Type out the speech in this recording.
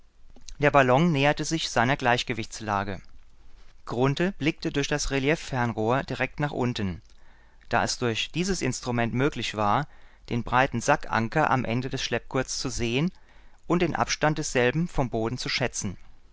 der ballon näherte sich seiner gleichgewichtslage grunthe blickte durch das relieffernrohr direkt nach unten da es durch dieses instrument möglich war den breiten sackanker am ende des schleppgurts zu sehen und den abstand desselben vom boden zu schätzen